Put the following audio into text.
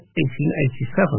1887